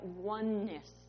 oneness